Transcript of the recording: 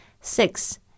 Six